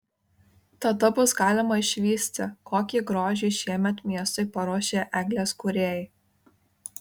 tada bus galima išvysti kokį grožį šiemet miestui paruošė eglės kūrėjai